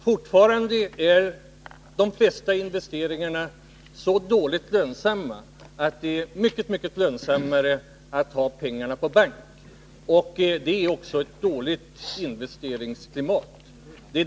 Fortfarande är de flesta investeringarna så föga lönsamma att det är mycket bättre att ha pengarna på bank. Det är alltså ett dåligt investeringsklimat.